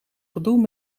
gedoe